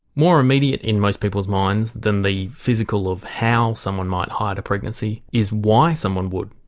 more immediate in most people's minds than the physical of how someone might hide a pregnancy is why someone would?